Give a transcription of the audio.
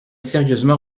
sérieusement